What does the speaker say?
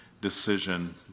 decision